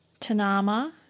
Tanama